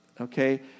okay